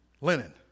linen